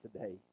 today